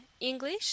English